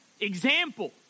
example